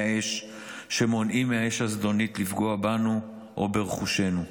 האש שמונעים מהאש הזדונית לפגוע בנו או ברכושנו.